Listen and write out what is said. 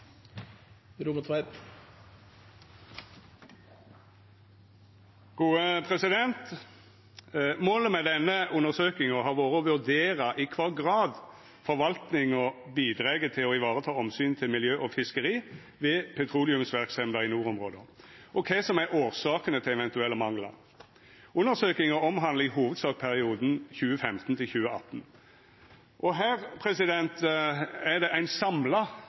Målet med denne undersøkinga har vore å vurdera i kva grad forvaltninga bidreg til å vareta omsynet til miljø og fiskeri ved petroleumsverksemda i nordområda, og kva som er årsakene til eventuelle manglar. Undersøkinga omhandlar i hovudsak perioden